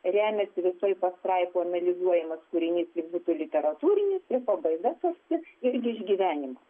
remiasi visoj pastraipų analizuojamas kūrinys jis būtų literatūrinis jo pabaiga kažkokia irgi iš gyvenimo